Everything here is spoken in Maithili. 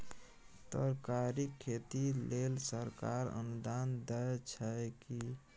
तरकारीक खेती लेल सरकार अनुदान दै छै की?